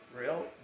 real